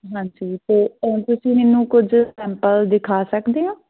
ਹਾਂਜੀ ਅਤੇ ਉਹ ਤੁਸੀਂ ਮੈਨੂੰ ਕੁਝ ਸੈਂਪਲ ਦਿਖਾ ਸਕਦੇ ਹੋ